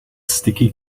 sticky